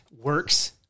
works